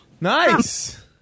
nice